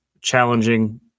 challenging